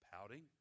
pouting